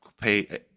pay –